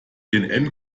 den